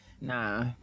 Nah